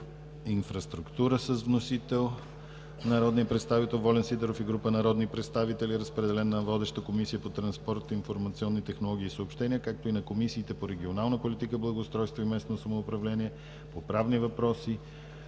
инфраструктура с вносител народният представител Волен Сидеров и група народни представители. Разпределен е на водещата Комисия по транспорт, информационни технологии и съобщения, както и на комисиите по регионална политика, благоустройство и местно самоуправление, правни въпроси,